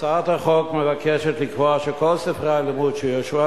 הצעת החוק מבקשת לקבוע שכל ספרי הלימוד שיאושרו